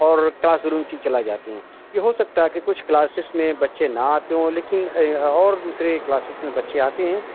اور class room کی چلائے جاتے ہیں یہ ہو سکتا ہے کہ کچھ کلاسز میں بچے نہ آتے ہوں لیکن اور دوسرے کلاسز میں بچے آتے ہیں